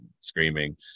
screaming